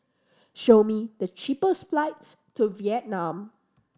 show me the cheapest flights to Vietnam